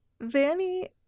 Vanny